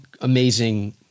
amazing